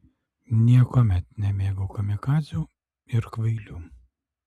niekuomet nemėgau kamikadzių ir kvailių